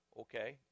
Okay